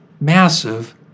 massive